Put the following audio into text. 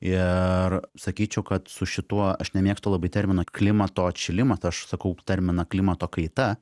ir sakyčiau kad su šituo aš nemėgstu labai termino klimato atšilimas aš sakau terminą klimato kaita